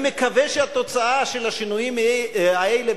אני מקווה שהתוצאה של השינויים האלה